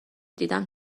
دیدم